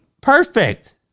perfect